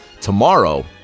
tomorrow